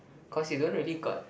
cause you don't really got